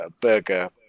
burger